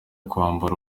kwambara